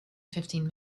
fifteen